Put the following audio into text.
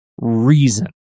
Reason